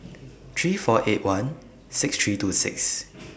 three four eight one six three two six